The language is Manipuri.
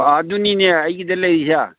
ꯑꯥ ꯑꯗꯨꯅꯤꯅꯦ ꯑꯩꯒꯤꯗ ꯂꯩꯔꯤꯁꯦ